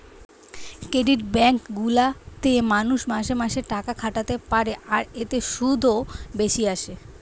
credit bank গুলা তে মানুষ মাসে মাসে টাকা খাটাতে পারে আর এতে শুধও বেশি আসে